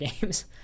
games